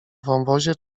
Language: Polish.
wąwozie